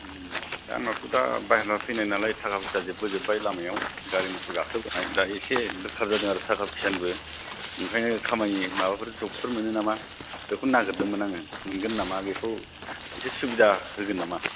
उम आंनाथ' दा बाहेराव फैनाय नालाय थाखा फैसा जोबबो जोबबाय लामायाव गारि मथर गाखोबोनाय दा एसे दोरखार जादों आरो थाखा फैसा निबो ओंखायनो खामानि माबाफोर ज'बफोर मोनो नामा बेखौ मोनगोन नामा बेखौ नागेरदोंमोन आङो एसे सुबिदा होगोन नामा